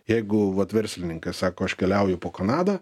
jeigu vat verslininkas sako aš keliauju po kanadą